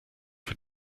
für